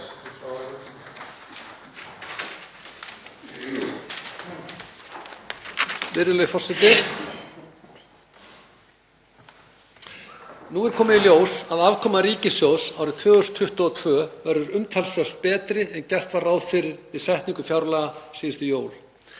Nú er komið í ljós að afkoma ríkissjóðs árið 2022 verður umtalsvert betri en gert var ráð fyrir við setningu fjárlaga síðustu jól.